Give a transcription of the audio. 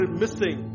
missing